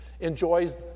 enjoys